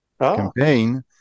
campaign